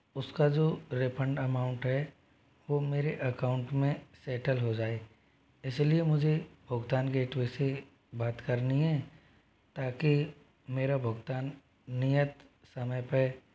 उस का जो रिफंड अमाउंट है वो मेरे अकाउंट में सेटल हो जाए इसी लिए मुझे भुगतान गेटवे से बात करनी है ताकि मेरा भुगतान नियत समय पर